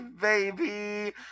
baby